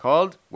Called